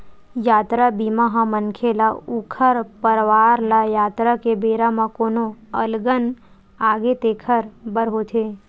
यातरा बीमा ह मनखे ल ऊखर परवार ल यातरा के बेरा म कोनो अलगन आगे तेखर बर होथे